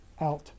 out